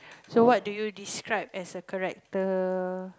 so what do you describe as a character